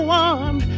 one